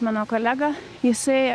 mano kolega jisai